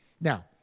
Now